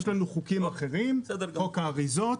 יש לנו חוקים אחרים: חוק האריזות